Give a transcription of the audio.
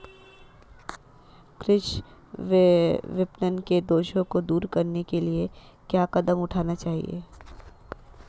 कृषि विपणन के दोषों को दूर करने के लिए क्या कदम उठाने चाहिए?